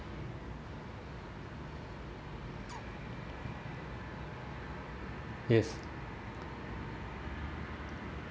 yes